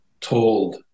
told